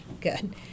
good